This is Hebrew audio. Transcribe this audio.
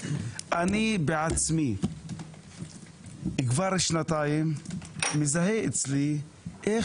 אני בעצמי כבר שנתיים מזהה אצלי איך